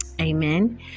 Amen